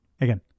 Again